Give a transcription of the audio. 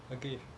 agree